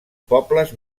pobles